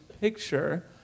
picture